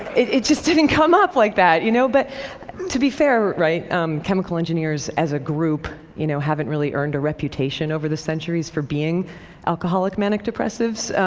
it just didn't come up like that, you know? but to be fair, chemical engineers as a group you know haven't really earned a reputation over the centuries for being alcoholic manic-depressives.